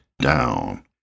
down